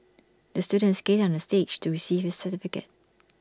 the student skated on the stage to receive his certificate